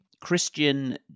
Christian